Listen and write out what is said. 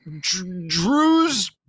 Drew's